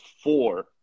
four